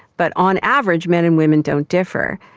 but on average men and women don't differ.